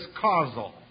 causal